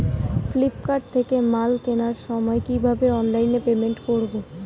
Flipkart থেকে মাল কেনার সময় কিভাবে অনলাইনে পেমেন্ট করব?